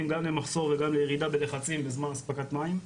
גם למחסור וגם לירידה בלחצים בזמן אספקת מים,